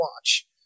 watch